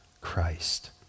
Christ